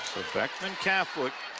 beckman catholic,